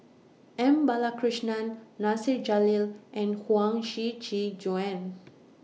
M Balakrishnan Nasir Jalil and Huang Shiqi Joan